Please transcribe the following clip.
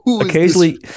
occasionally